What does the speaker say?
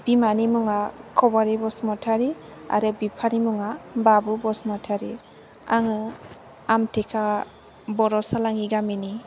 बिमानि मुङा खबारि बसुमतारि आरो बिफानि मुङा बाबु बसुमतारि आङो आमटेका बर' सालानि गामिनि